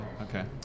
Okay